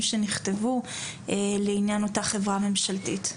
לעניין אותה חברה ממשלתית.